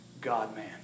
God-man